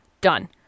Done